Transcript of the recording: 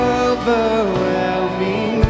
overwhelming